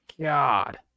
God